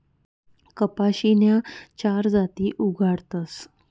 कपाशीन्या चार जाती उगाडतस